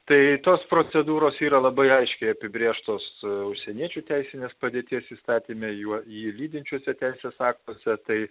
tai tos procedūros yra labai aiškiai apibrėžtos užsieniečių teisinės padėties įstatyme juo jį lydinčiuose teisės aktuose tai